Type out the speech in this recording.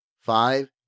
Five